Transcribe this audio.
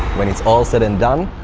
when it's all said and done,